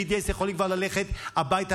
BDS יכולים ללכת כבר הביתה,